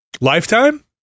Lifetime